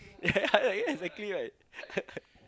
yeah yeah eh exactly right